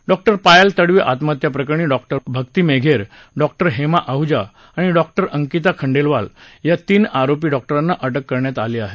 doctor Payal Tadvi आत्महत्या प्रकरणी doctor Bhakti Megher doctor Hema Ahuja आणि डॉक्टर अंकिता खंडेवाल या तीन आरोपी डॉक्टरांना अटक करण्यात आली आहे